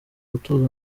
gutuza